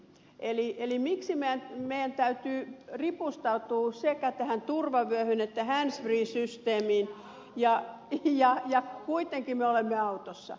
eli miksi meidän täytyy ripustautua sekä tähän turvavyöhön että handsfree systeemiin ja kuitenkin me olemme autossa